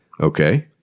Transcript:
Okay